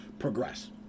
progress